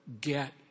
get